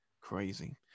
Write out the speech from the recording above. Crazy